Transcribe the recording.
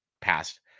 passed